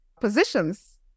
positions